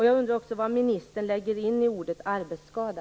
Jag undrar också vad ministern lägger in i ordet arbetsskada.